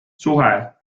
suhe